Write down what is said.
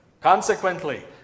Consequently